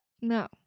No